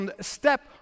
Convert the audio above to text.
step